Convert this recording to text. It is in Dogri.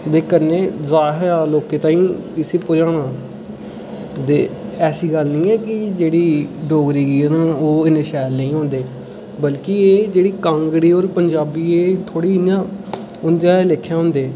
ते ज्यादा थमां ज्यादा लोकें तगर इसी पजाना ते ऐसी गल्ल नेईं है कि जेह्ड़े डोगरी गीत ने ओह् इन्ने शैल नेईं होंदे बल्के एह् जेह्ड़े पंजाबी ते कांगडी न एह इ'यां थोह्डे उं'दे आह्ले लेखा होंदे